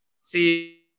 see